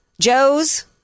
Joe's